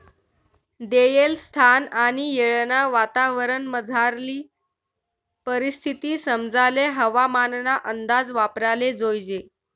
देयेल स्थान आणि येळना वातावरणमझारली परिस्थिती समजाले हवामानना अंदाज वापराले जोयजे